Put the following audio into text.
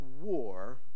war